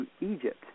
Egypt